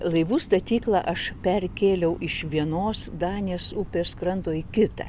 laivų statyklą aš perkėliau iš vienos danės upės kranto į kitą